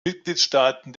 mitgliedstaaten